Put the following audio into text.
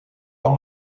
dans